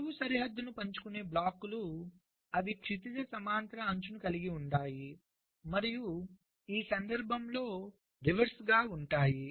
నిలువు సరిహద్దును పంచుకునే బ్లాక్లు అవి క్షితిజ సమాంతర అంచు కలిగి ఉంటాయి మరియు ఈ సందర్భంలో రివర్స్ గా ఉంటాయి